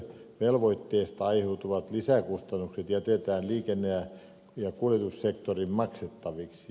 käyttövelvoitteesta aiheutuvat lisäkustannukset jätetään liikenne ja kuljetussektorin maksettaviksi